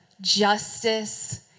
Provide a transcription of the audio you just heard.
Justice